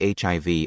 HIV